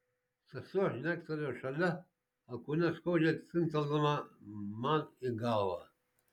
sesuo žnektelėjo šalia alkūne skaudžiai trinktelėdama man į galvą